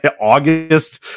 august